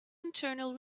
internal